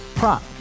Prop